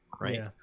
Right